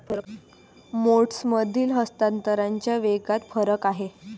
मोड्समधील हस्तांतरणाच्या वेगात फरक आहे